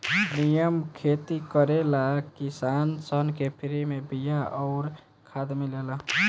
निमन खेती करे ला किसान सन के फ्री में बिया अउर खाद मिलेला